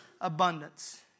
abundance